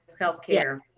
healthcare